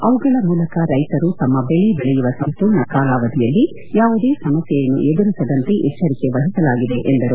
ಅವುಗಳ ಮೂಲಕ ರೈತರು ತಮ್ಮ ಬೆಳೆ ಬೆಳೆಯುವ ಸಂಪೂರ್ಣ ಕಾಲಾವಧಿಯಲ್ಲಿ ಯಾವುದೇ ಸಮಸ್ಟೆಯನ್ನು ಎದುರಿಸದಂತೆ ಎಚ್ಚರಿಕೆ ವಹಿಸಲಾಗಿದೆ ಎಂದರು